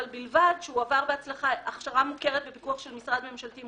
ובלבד שהוא עבר בהצלחה הכשרה מוכרת בפיקוח של משרד ממשלתי,